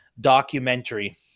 documentary